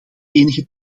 enige